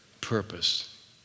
purpose